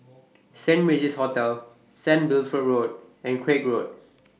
Saint Regis Hotel Saint Wilfred Road and Craig Road